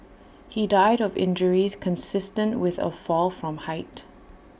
he died of injuries consistent with A fall from height